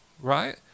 right